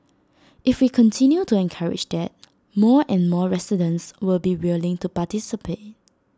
if we continue to encourage that more and more residents will be willing to participate